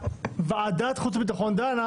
ועדת החוץ והביטחון דנה,